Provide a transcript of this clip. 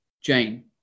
Jane